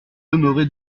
demeuré